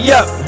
up